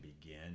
begin